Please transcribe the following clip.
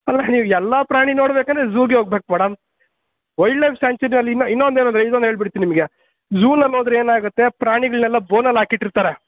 ಅಲ್ಲ ನೀವು ಎಲ್ಲಾ ಪ್ರಾಣಿ ನೋಡ್ಬೇಕಂದರೆ ಝೂಗೆ ಹೋಗ್ಬೇಕು ಮೇಡಮ್ ವೈಲ್ಡ್ ಲೈಫ್ ಸ್ಯಾಂಚುರಿಯಲ್ಲಿ ಇನ್ನು ಇನ್ನು ಒಂದು ಏನಂದರೆ ಇನ್ನೊಂದು ಹೇಳ್ಬಿಡ್ತೀನಿ ನಿಮಗೆ ಝೂನಲ್ಲಿ ಹೋದರೆ ಏನಾಗುತ್ತೆ ಪ್ರಾಣಿಗಳನ್ನೆಲ್ಲಾ ಬೋನಲ್ಲಿ ಹಾಕಿಟ್ಟಿರ್ತಾರೆ